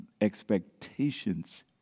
expectations